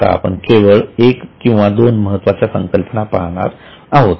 आता आपण केवळ एक किंवा दोन महत्त्वाच्या संकल्पना पाहणार आहोत